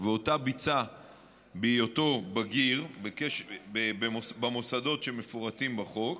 שאותה ביצע בהיותו בגיר במוסדות שמפורטים בחוק,